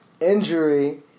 injury